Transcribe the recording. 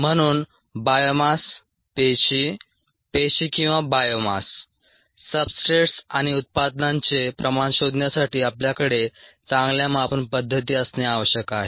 म्हणून बायोमास पेशी पेशी किंवा बायोमास सब्सट्रेट्स आणि उत्पादनांचे प्रमाण शोधण्यासाठी आपल्याकडे चांगल्या मापन पद्धती असणे आवश्यक आहे